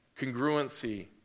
congruency